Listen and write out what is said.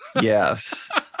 Yes